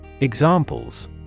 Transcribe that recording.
Examples